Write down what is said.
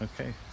Okay